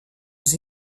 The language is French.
aux